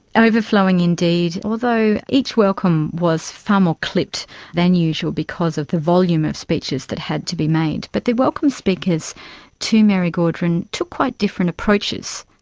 overflowing indeed, although each welcome was far more clipped than usual because of the volume of speeches that had to be made. but the welcome speakers to mary gaudron took quite different approaches.